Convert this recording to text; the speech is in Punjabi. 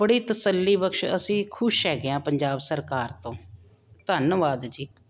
ਬੜੀ ਤਸੱਲੀ ਬਖਸ਼ ਅਸੀਂ ਖੁਸ਼ ਹੈਗੇ ਹਾਂ ਪੰਜਾਬ ਸਰਕਾਰ ਤੋਂ ਧੰਨਵਾਦ ਜੀ